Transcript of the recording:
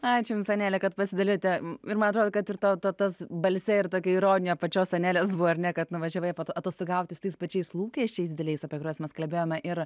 ačiū jums anele kad pasidalijote ir man atrodo kad ir to ta tas balse ir tokia ironija pačios anelės buvo ar ne kad nuvažiavai paatostogauti su tais pačiais lūkesčiais dideliais apie kuriuos mes kalbėjome ir